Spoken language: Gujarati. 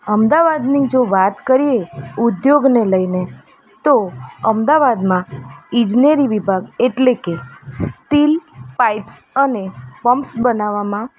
અમદાવાદની જો વાત કરીએ ઉદ્યોગને લઈને તો અમદાવાદમાં ઇજનેરી વિભાગ એટલે કે સ્ટીલ પાઈપ્સ અને પમ્પ્સ બનાવવામાં